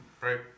Right